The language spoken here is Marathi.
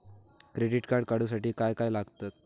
क्रेडिट कार्ड काढूसाठी काय काय लागत?